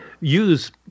use